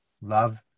love